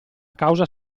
causa